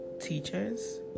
teachers